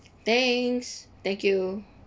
thanks thank you